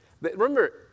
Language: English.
remember